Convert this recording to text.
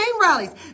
rallies